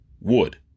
wood